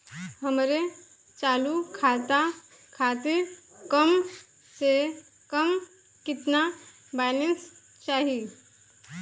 हमरे चालू खाता खातिर कम से कम केतना बैलैंस चाही?